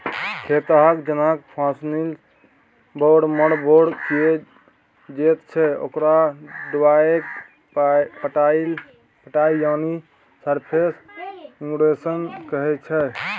खेतकेँ जखन पानिसँ बोरमबोर कए दैत छै ओकरा डुबाएकेँ पटाएब यानी सरफेस इरिगेशन कहय छै